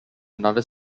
another